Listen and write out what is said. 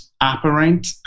apparent